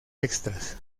extras